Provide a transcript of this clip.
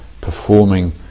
performing